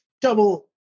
double